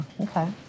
okay